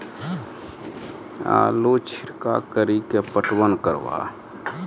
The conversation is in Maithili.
आलू छिरका कड़ी के पटवन करवा?